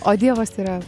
o dievas yra